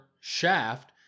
shaft